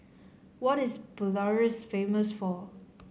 what is Belarus famous for